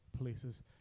places